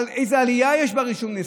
אבל איזו עלייה יש ברישום לנישואים,